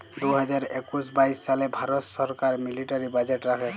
দু হাজার একুশ বাইশ সালে ভারত ছরকার মিলিটারি বাজেট রাখে